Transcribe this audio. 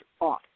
off